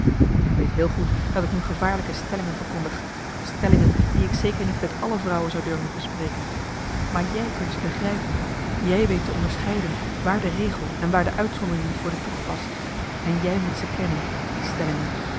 ik weet heel goed dat ik nu gevaarlijke stellingen verkondig stellingen die ik zeker niet met alle vrouwen zou durven bespreken maar jij kunt ze begrijpen jij weet te onderscheiden waar de regel en waar de uitzondering moet worden toegepast en jij moet ze kennen die stellingen